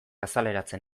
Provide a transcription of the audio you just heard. azaleratzen